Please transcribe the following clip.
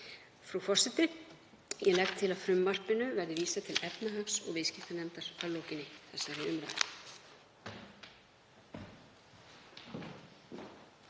Frú forseti. Ég legg til að frumvarpinu verði vísað til efnahags- og viðskiptanefndar að lokinni þessari umræðu.